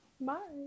Bye